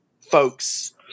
folks –